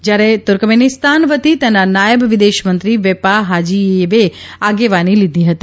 જ્યારે તુર્કમેનિસ્તાન વતી તેના નાયબ વિદેશમંત્રી વેપા હાજીયેવે આગેવાની લીધી હતી